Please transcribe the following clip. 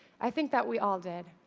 i think that we all did.